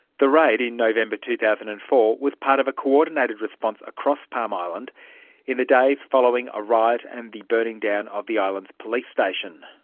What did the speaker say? the raid, in november two thousand and four, was part of a coordinated response across palm island in the days following a riot and the burning down of the island's police station.